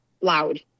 loud